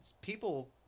People